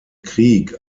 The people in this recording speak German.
krieg